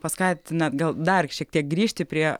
paskatina gal dar šiek tiek grįžti prie